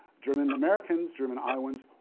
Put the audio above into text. german americans, german iowans,